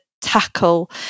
tackle